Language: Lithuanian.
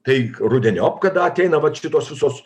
taip rudeniop kada ateina vat šitos visos